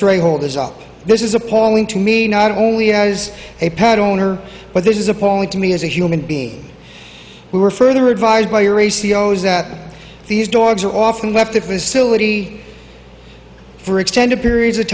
stray hold is up this is appalling to me not only as a pet owner but this is appalling to me as a human being who are further advised by your ratios that these dogs are often left the facility for extended periods of